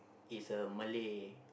is a Malay